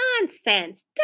Nonsense